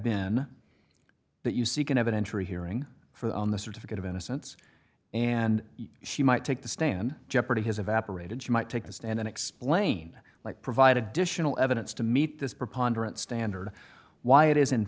been that you see can have an entry hearing for the on the certificate of innocence and she might take the stand jeopardy has evaporated she might take the stand and explain like provide additional evidence to meet this preponderance standard why it is in